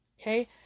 Okay